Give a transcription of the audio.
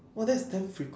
!wah! that's damn fre~